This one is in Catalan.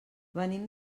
venim